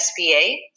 SBA